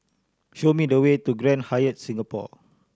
show me the way to Grand Hyatt Singapore